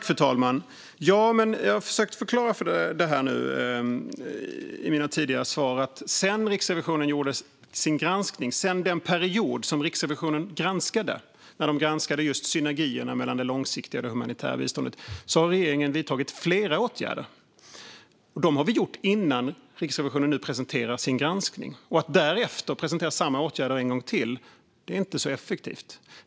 Fru talman! Jag har i mina tidigare svar försökt förklara att sedan Riksrevisionen gjorde sin granskning, sedan den period för vilken Riksrevisionen granskade just synergierna mellan det långsiktiga och humanitära biståndet, har regeringen vidtagit flera åtgärder. Det hade vi gjort innan Riksrevisionen presenterade sin granskning. Att därefter presentera samma åtgärder en gång till är inte särskilt effektivt.